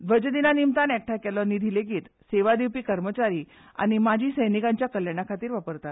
ध्वजदिना निमतान एकठांय केल्लो निधी लेगीत सेवा दिवपी कर्मचारी आनी माची सैनिकांच्या कल्याणा खातीर वापरतात